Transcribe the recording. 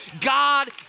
God